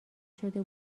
شده